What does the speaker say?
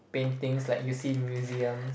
paintings like you see in museums